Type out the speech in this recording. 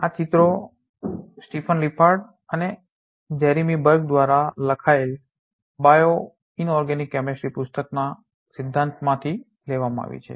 આ ચિત્રો Stephen Lippard અને જેરેમી બર્ગ દ્વારા લખાયેલ બાયોઇનોર્ગેનિક કેમિસ્ટ્રી પુસ્તકના સિદ્ધાંતોમાંથી લેવામાં આવી છે